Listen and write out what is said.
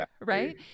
right